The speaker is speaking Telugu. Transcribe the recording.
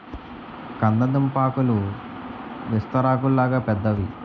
కంద దుంపాకులు విస్తరాకుల్లాగా పెద్దవి